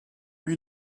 lui